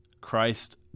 Christ